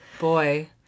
Boy